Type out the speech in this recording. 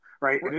Right